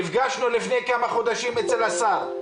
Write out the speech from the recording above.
נפגשנו לפני כמה חודשים אצל השר.